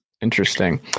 Interesting